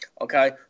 Okay